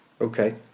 Okay